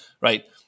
right